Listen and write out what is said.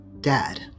Dad